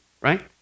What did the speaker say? right